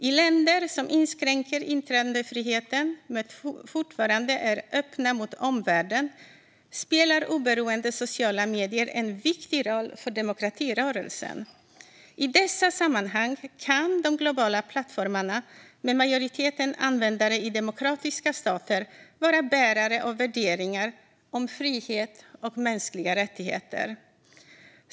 I länder som inskränker yttrandefriheten men fortfarande är öppna mot omvärlden spelar oberoende sociala medier en viktig roll för demokratirörelsen. I dessa sammanhang kan de globala plattformarna med majoriteten användare i demokratiska stater vara bärare av värderingar om frihet och mänskliga rättigheter.